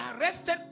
arrested